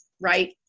right